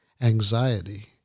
anxiety